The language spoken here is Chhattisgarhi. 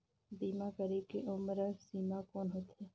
बीमा करे के उम्र सीमा कौन होथे?